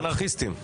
אנרכיסטים.